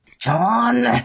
John